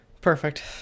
Perfect